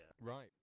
right